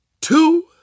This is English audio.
two